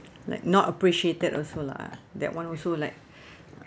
like not appreciated also lah that [one] also like